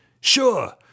Sure